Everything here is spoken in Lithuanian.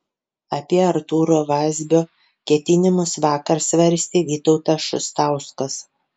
apie artūro vazbio ketinimus vakar svarstė vytautas šustauskas